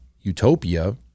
utopia